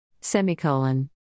Semicolon